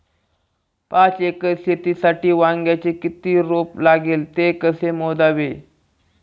पाच एकर शेतीसाठी वांग्याचे किती रोप लागेल? ते कसे मोजावे?